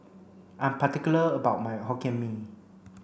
I'm particular about my Hokkien Mee